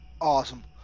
awesome